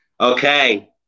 Okay